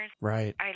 Right